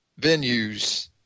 venues